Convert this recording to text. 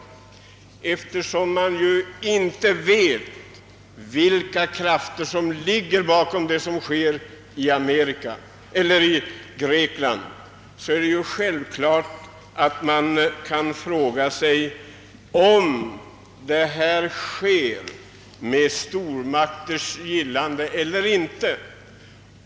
Men eftersom man inte vet vilka krafter som ligger bakom händelserna i Grekland kan man självfallet fråga sig, om det hela sker med stormakters gillande eller inte.